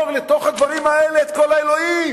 לתוך הדברים האלה את כל האלוהים?